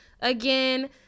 Again